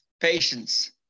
patience